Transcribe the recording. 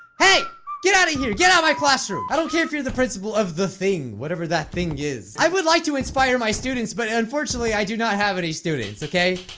hey get out of here. get out of my classroom i don't care if you're the principal of the thing whatever that thing is, i would like to inspire my students but unfortunately, i do not have any students. okay,